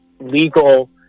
legal